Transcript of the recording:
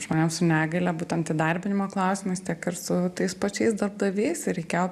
žmonėm su negalia būtent įdarbinimo klausimais tiek ir su tais pačiais darbdaviais ir reikėjo